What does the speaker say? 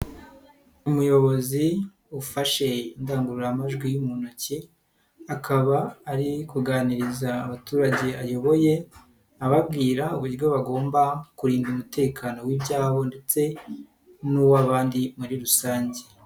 Umuyobozi ufashe indangururamajwi mu ntoki, akaba ari kuganiriza abaturage ayoboye, ababwira uburyo bagomba kurinda umutekano w'ibyabo ndetse n'uw'abandi muri rusange.